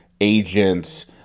agents